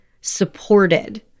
supported